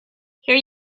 here